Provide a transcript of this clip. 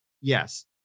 Yes